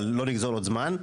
אבל לא נגזול עוד זמן.